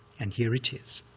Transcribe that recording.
and here it is,